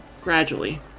gradually